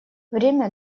время